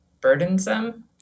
burdensome